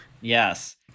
Yes